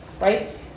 right